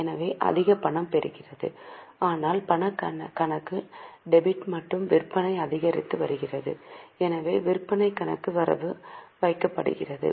எனவே அதிக பணம் பெறுகிறது அதனால்தான் பணக் கணக்கு டெபிட் மற்றும் விற்பனை அதிகரித்து வருகிறது எனவே விற்பனை கணக்கு வரவு வைக்கப்படுகிறது